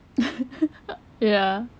ya